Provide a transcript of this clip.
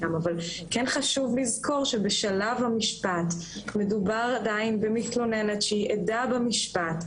אבל כן חשוב לזכור שבשלב המשפט מדובר עדיין במתלוננת שהיא עדה במשפט,